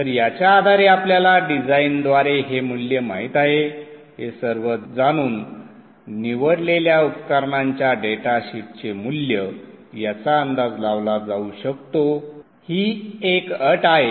तर याच्या आधारे आपल्याला डिझाइनद्वारे हे मूल्य माहित आहे हे सर्व जाणून निवडलेल्या उपकरणाच्या डेटा शीटचे मूल्य याचा अंदाज लावला जाऊ शकतो ही एक अट आहे